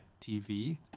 TV